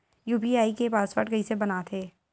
UPI के password कइसे बनाथे?